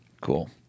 Cool